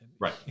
Right